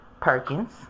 Perkins